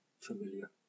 familiar